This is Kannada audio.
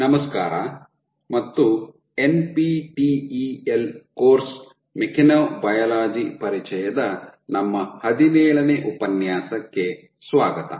ನಮಸ್ಕಾರ ಮತ್ತು ಎನ್ಪಿಟಿಇಎಲ್ ಕೋರ್ಸ್ ಮೆಕ್ಯಾನೊಬಯಾಲಜಿ ಪರಿಚಯದ ನಮ್ಮ ಹದಿನೇಳನೇ ಉಪನ್ಯಾಸಕ್ಕೆ ಸ್ವಾಗತ